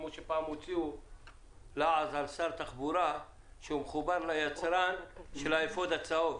כמו שפעם הוציאו לעז על שר תחבורה שהוא מחובר ליצרן של האפוד הצהוב.